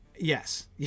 Yes